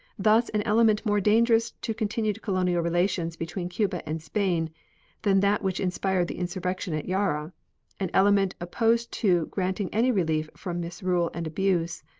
thus an element more dangerous to continued colonial relations between cuba and spain than that which inspired the insurrection at yara an element opposed to granting any relief from misrule and abuse,